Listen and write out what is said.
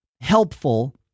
helpful